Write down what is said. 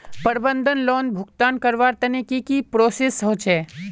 प्रबंधन लोन भुगतान करवार तने की की प्रोसेस होचे?